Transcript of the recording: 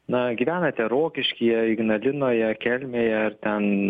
na gyvenate rokiškyje ignalinoje kelmėje ar ten